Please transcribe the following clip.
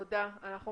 תודה, אתי.